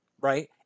right